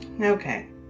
Okay